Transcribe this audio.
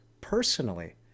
personally